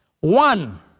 One